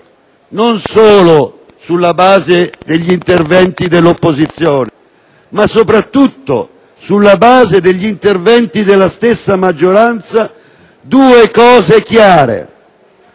non solo sulla base degli interventi dell'opposizione ma soprattutto sulla base degli interventi della stessa maggioranza, due fatti chiari: